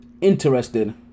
interested